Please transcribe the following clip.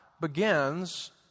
begins